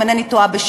אם אינני טועה.